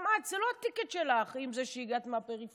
גם את, זה לא הטיקט שלך, עם זה שהגעת מהפריפריה.